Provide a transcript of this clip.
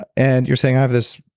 ah and you're saying, i have this,